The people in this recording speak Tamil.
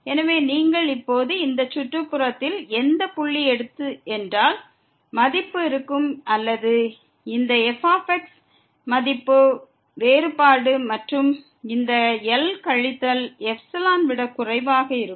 எனவே நீங்கள் இப்போது இந்த சுற்றுப்புறத்தில் எந்த புள்ளியை எடுத்துக்கொண்டாலும் f கழித்தல் L εஐ விட குறைவாக இருக்கும்